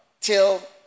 till